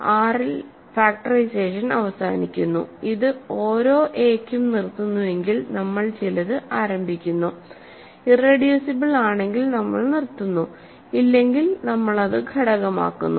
R ൽ factorisation അവസാനിക്കുന്നു ഇത് ഓരോ എ ക്കും നിർത്തുന്നുവെങ്കിൽനമ്മൾ ചിലത് ആരംഭിക്കുന്നു ഇറെഡ്യൂസിബിൾ ആണെങ്കിൽ നമ്മൾ നിർത്തുന്നു ഇല്ലെങ്കിൽ നമ്മൾ അത് ഘടകമാക്കുന്നു